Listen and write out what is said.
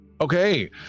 Okay